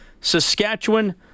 Saskatchewan